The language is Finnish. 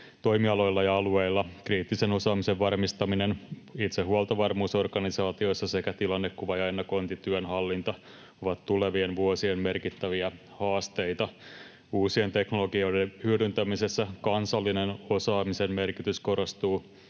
toimialoilla ja alueilla. ”Kriittisen osaamisen varmistaminen itse huoltovarmuusorganisaatioissa sekä tilannekuva- ja ennakointityön hallinta ovat tulevien vuosien merkittäviä haasteita.” ”Uusien teknologioiden hyödyntämisessä kansallisen osaamisen merkitys korostuu.